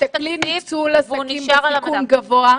תראי מה קורה עם עסקים בסיכון גבוה.